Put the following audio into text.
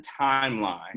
timeline